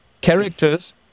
characters